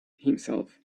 himself